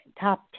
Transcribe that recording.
top